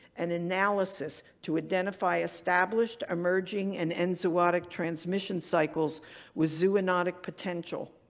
and analysis to identify established, emerging, and enzootic transmission cycles with zoonotic potential.